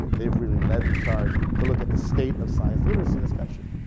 they've really led the charge to look at the state of science literacy in this country.